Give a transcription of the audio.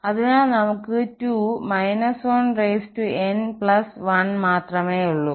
അതിനാൽ നമുക്ക് 2−1n1 മാത്രമേയുള്ളൂ